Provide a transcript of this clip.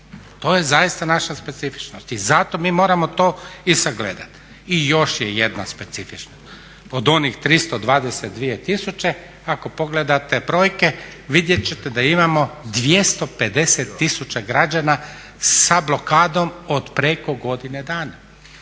to je zaista naša specifičnost. I zato mi moramo to i sagledati. I još je jedna specifičnost, od onih 322 tisuće ako pogledate brojke vidjet ćete da imamo 250 tisuća građana sa blokadom od preko godine dana.